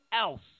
else